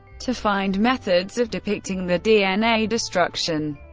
to find methods of depicting the dna destruction,